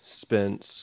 Spence